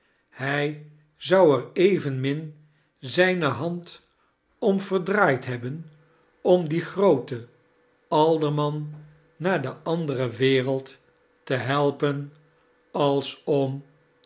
hij zou er evenmin zijne hand om vercharles dickens draaid hebben om dien grooten alderman naar de andere wereld te helper ale om